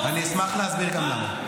אני אשמח להסביר גם למה.